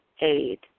aid